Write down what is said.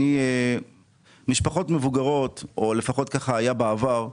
משפחות מבוגרות, לפחות כך היה בעבר,